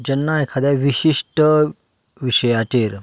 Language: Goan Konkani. जेन्ना एखाद्या विशिश्ट विशयाचेर